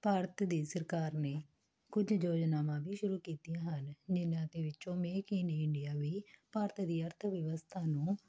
ਭਾਰਤ ਦੀ ਸਰਕਾਰ ਨੇ ਕੁਝ ਯੋਜਨਾਵਾਂ ਵੀ ਸ਼ੁਰੂ ਕੀਤੀਆਂ ਹਨ ਜਿਹਨਾਂ ਦੇ ਵਿੱਚੋਂ ਮੇਕ ਇਨ ਇੰਡੀਆਂ ਵੀ ਭਾਰਤ ਦੀ ਅਰਥ ਵਿਵਸਥਾ ਨੂੰ